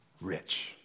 rich